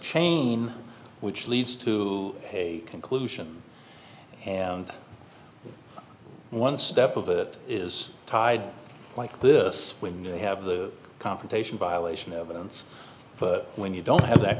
chain which leads to a conclusion and one step of it is tied like this when you have the confrontation violation evidence but when you don't have that